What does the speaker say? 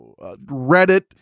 reddit